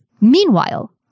Meanwhile